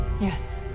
Yes